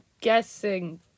Guessing